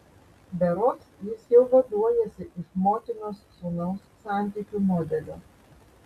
berods jis jau vaduojasi iš motinos sūnaus santykių modelio